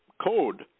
code